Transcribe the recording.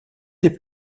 des